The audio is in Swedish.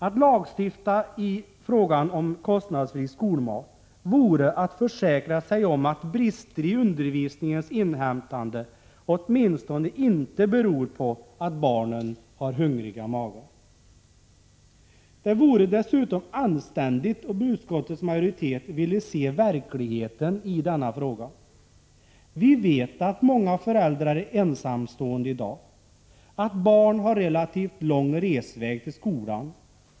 Att lagstifta i denna fråga vore att försäkra sig om att brister i undervisningens inhämtande åtminstone inte beror på att barnen har hungriga magar. Det vore dessutom anständigt om utskottets majoritet ville se verkligheten i denna fråga. Vi vet att många föräldrar är ensamstående i dag och att barn har relativt lång resväg till skolan.